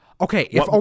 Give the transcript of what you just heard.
Okay